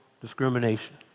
discrimination